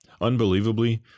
Unbelievably